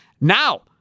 Now